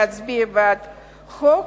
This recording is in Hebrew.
להצביע בעד החוק,